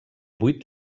vuit